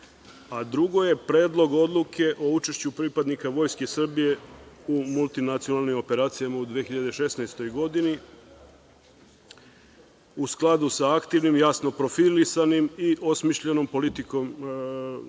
a drugo je Predlog odluke o učešću pripadnika Vojske Srbije u multinacionalnim operacijama u 2016. godini u skladu sa aktivnim i jasno profilisanim i osmišljenom politikom Vlade